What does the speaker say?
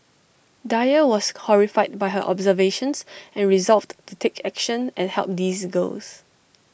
dyer was horrified by her observations and resolved to take action and help these girls